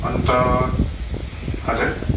अन्त हजुर